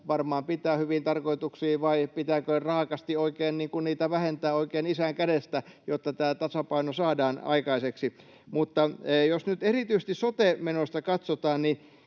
varmaan pitää hyviin tarkoituksiin — vai pitääkö niitä oikein raakasti vähentää, oikein isän kädestä, jotta tämä tasapaino saadaan aikaiseksi? Jos nyt erityisesti sote-menoja katsotaan,